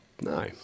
No